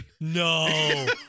No